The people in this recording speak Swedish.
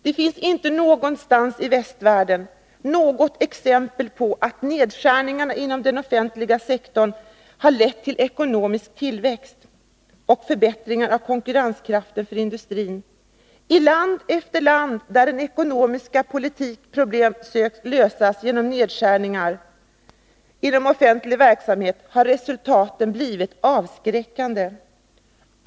Det finns inte någonstans i västvärlden exempel på att nedskärningar inom den offentliga sektorn har lett till ekonomisk tillväxt och förbättrad konkurrenskraft för industrin. I land efter land, där man har sökt lösa ekonomiska problem genom nedskärningar inom offentliga verksamheter, har resultaten blivit avskräckande.